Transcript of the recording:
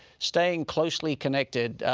staying closely connected,